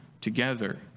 together